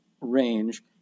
range